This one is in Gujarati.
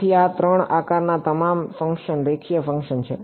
તેથી આ 3 આકારના તમામ ફંક્શન રેખીય ફંક્શન છે